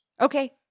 Okay